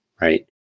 right